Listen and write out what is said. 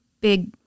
big